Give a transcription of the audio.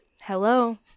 Hello